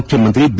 ಮುಖ್ಯಮಂತ್ರಿ ಬಿ